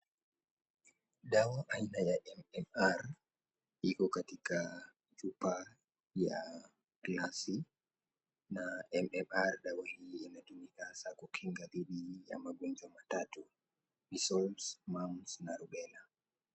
Dawa aina ya MMR iko katika chupa ya glasi na MMR dawa hii inatumiwa kukinga magonjwa matatu, Measles, Mumps, na Rubella.